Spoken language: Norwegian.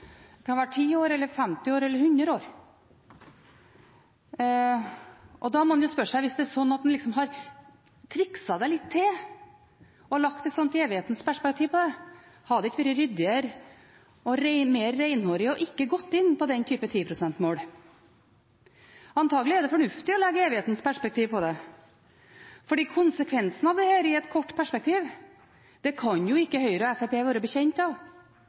det kan være 10 år, 50 år eller 100 år. Da må man spørre seg: Hvis det er sånn at man har trikset det litt til og lagt et sånt evighetens perspektiv på det, hadde det ikke vært ryddigere og mer renhårig ikke å gå inn på den typen 10 pst.-mål? Antagelig er det fornuftig å legge evighetens perspektiv på det, for konsekvensen av dette i et kort perspektiv kan ikke Høyre og Fremskrittspartiet være bekjent av.